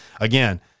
again